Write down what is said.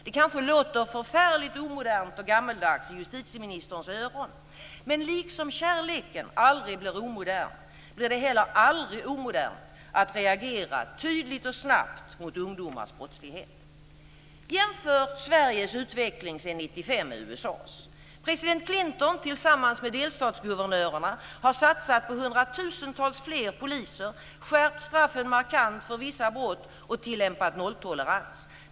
Det kanske låter förfärligt omodernt och gammaldags i justitieministerns öron, men liksom kärleken aldrig blir omodern blir det heller aldrig omodernt att reagera tydligt och snabbt mot ungdomars brottslighet. Jämför Sveriges utveckling sedan 1995 med USA:s! President Clinton har tillsammans med delstatsguvernörerna satsat på hundratusentals fler poliser, skärpt straffen markant för vissa brott och tillämpat nolltolerans.